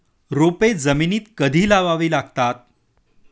रोपे जमिनीत कधी लावावी लागतात?